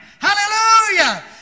Hallelujah